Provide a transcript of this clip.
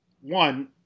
one